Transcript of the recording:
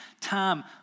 Time